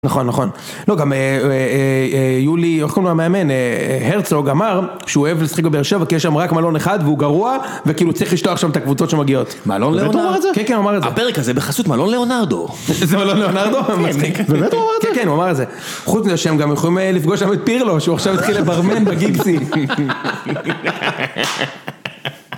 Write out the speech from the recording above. נכון נכון, לא גם יולי, איך קוראים לו המאמן, הרצוג אמר שהוא אוהב לשחק בבאר שבע כי יש שם רק מלון אחד והוא גרוע וכי הוא צריך לשלוח שם את הקבוצות שמגיעות, מלון לאונרדו? כן כן הוא אמר את זה, הפרק הזה בחסות מלון לאונרדו, איזה מלון לאונרדו, הוא מצחיק, באמת הוא אמר את זה? כן כן הוא אמר את זה, חוץ מזה שהם גם יכולים לפגוש להם את פירלו שהוא עכשיו מתחיל לברמן בגיקסי